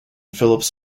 phillips